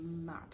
mad